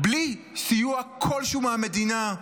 בלי סיוע כלשהו מהמדינה.